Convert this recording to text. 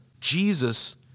Jesus